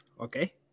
Okay